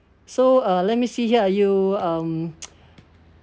so uh let me see here are you um